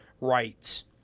rights